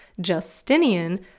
Justinian